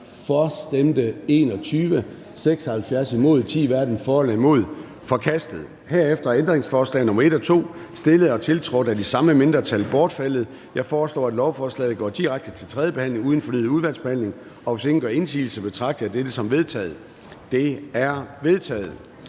Forslaget er forkastet. Herefter er ændringsforslag nr. 1 og 2, stillet og tiltrådt af de samme mindretal, bortfaldet. Jeg foreslår, at lovforslaget går direkte til tredje behandling uden fornyet udvalgsbehandling. Hvis ingen gør indsigelse, betragter jeg dette som vedtaget. Det er vedtaget.